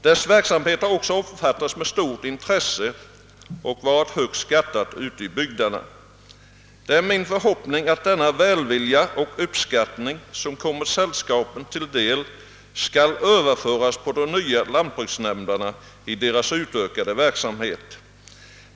Deras verksamhet har omfattats med stort intresse och har varit högt skattat ute i bygderna. Det är min förhoppning att den välvilja och uppskattning, som kommit sällskapen till del, skall överföras på de nya lantbruksnämnderna i deras utökade verksamhet.